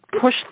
push